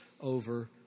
over